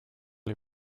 les